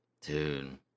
Dude